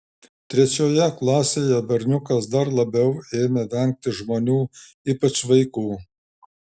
trečioje klasėje berniukas dar labiau ėmė vengti žmonių ypač vaikų